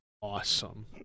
awesome